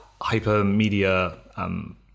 hypermedia